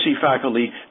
faculty